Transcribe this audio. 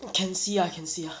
can see ah I can see ah